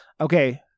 Okay